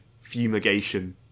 fumigation